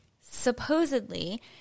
Supposedly